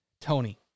Tony